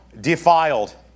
defiled